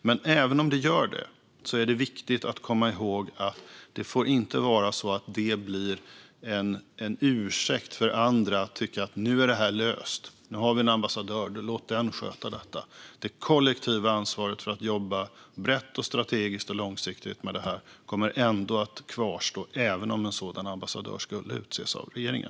Men även om det sker är det viktigt att komma ihåg att det inte får bli en ursäkt för andra att tycka att nu är det här löst, att nu har vi en ambassadör och låter den sköta detta. Det kollektiva ansvaret för att jobba brett, strategiskt och långsiktigt med detta kommer att kvarstå, även om en sådan ambassadör skulle utses av regeringen.